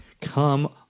Come